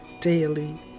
daily